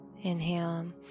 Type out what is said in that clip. Inhale